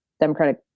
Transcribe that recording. Democratic